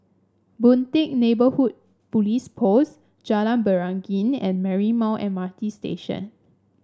Boon Teck Neighbourhood Police Post Jalan Beringin and Marymount M R T Station